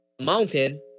mountain